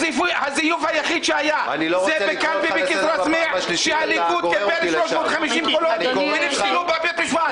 הזיוף היחיד שהיה זה ב --- שהליכוד קיבל 350 קולות שנפסלו בבית משפט.